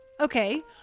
Okay